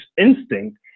instinct